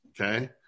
Okay